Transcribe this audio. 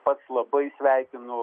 pats labai sveikinu